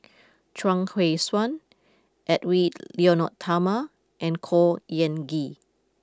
Chuang Hui Tsuan Edwy Lyonet Talma and Khor Ean Ghee